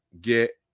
get